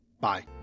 Bye